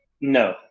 No